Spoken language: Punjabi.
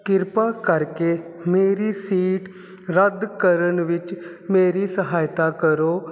ਕਿਰਪਾ ਕਰਕੇ ਮੇਰੀ ਸੀਟ ਰੱਦ ਕਰਨ ਵਿੱਚ ਮੇਰੀ ਸਹਾਇਤਾ ਕਰੋ